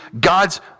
God's